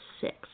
six